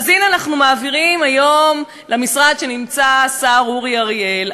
הנה אנחנו מעבירים היום למשרד שנמצא בו השר אורי אריאל.